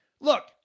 Look